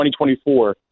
2024